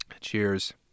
cheers